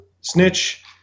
Snitch